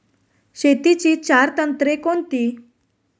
शेतीची चार तंत्रे कोणती?